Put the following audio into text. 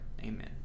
Amen